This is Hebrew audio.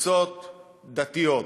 קבוצות דתיות,